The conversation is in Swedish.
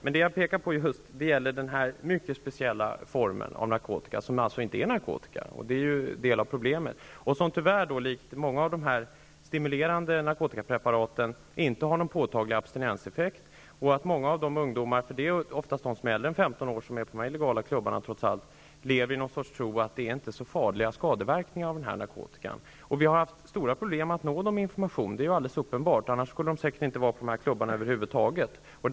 Men det jag pekar på gäller just den här mycket speciella formen av narkotika, som alltså inte är narkotika -- det är en del av problemet -- och som tyvärr likt många av de stimulerande narkotikapreparaten inte har någon påtaglig abstinenseffekt. Många av ungdomarna -- det är trots allt oftast de som är äldre än 15 år som är på de illegala klubbarna -- lever i någon sorts tro att den här narkotikan inte har så farliga skadeverkningar. Vi har haft stora problem att nå dem med information -- det är alldeles uppenbart; annars skulle de säkert inte vara på de här klubbarna över huvud taget.